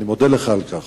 ואני מודה לך על כך.